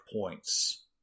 points